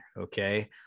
Okay